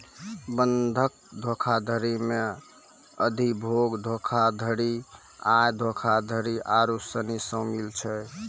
बंधक धोखाधड़ी मे अधिभोग धोखाधड़ी, आय धोखाधड़ी आरु सनी शामिल छै